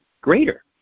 Greater